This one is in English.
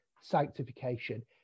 sanctification